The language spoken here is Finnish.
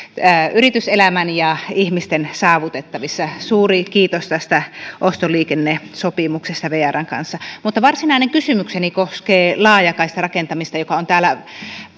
yrityselämän ja ihmisten saavutettavissa suuri kiitos tästä ostoliikennesopimuksesta vrn kanssa mutta varsinainen kysymykseni koskee laajakaistarakentamista joka on täällä